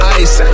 ice